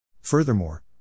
Furthermore